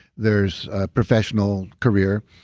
there's professional career,